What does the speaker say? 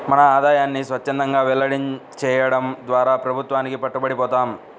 మన ఆదాయాన్ని స్వఛ్చందంగా వెల్లడి చేయడం ద్వారా ప్రభుత్వానికి పట్టుబడి పోతాం